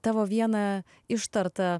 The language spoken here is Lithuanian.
tavo vieną ištartą